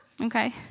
Okay